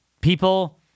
people